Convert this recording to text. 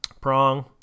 Prong